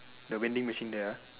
the vending machine there ah